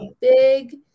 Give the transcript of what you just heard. big